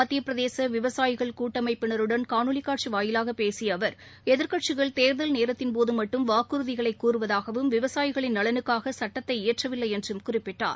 மத்தியப்பிரதேச விவசாயிகள் கூட்டமைப்பினருடன் காணொலி காட்சி வாயிலாக பேசிய அவர் எதிர்க்கட்சிகள் தேர்தல் நேரத்தின்போது மட்டும் வாக்குறுதிகளை கூறுவதாகவும் விவசாயிகளின் நலனுக்காக சட்டத்தை இயற்றவில்லை என்றும் குறிப்பிட்டார்